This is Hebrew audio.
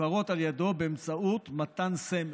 המוכרות על ידו באמצעות מתן סמל,